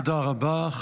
תודה רבה.